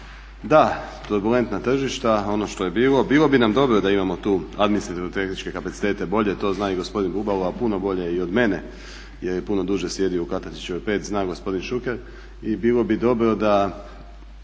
da, turbulentna tržišta, ono što je bilo, bilo bi nam dobro da imamo tu administrativno-tehničke kapacitete bolje, to zna i gospodin Bubalo a puno bolje i od mene jer je i puno duže sjedio u Katančićevoj 5, zna gospodin Šuker. I bilo bi dobro da